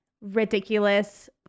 ridiculous